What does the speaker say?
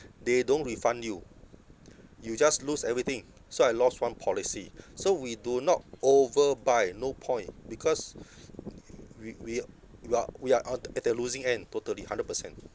they don't refund you you just lose everything so I lost one policy so we do not overbuy no point because we we uh we are we are ot at the losing end totally hundred percent